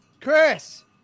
Chris